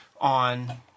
on